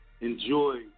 enjoy